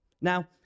Now